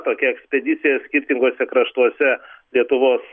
tokia ekspedicija skirtinguose kraštuose lietuvos